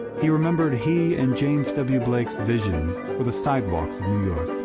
he remembered he and james w. blake's vision for the sidewalks of new york.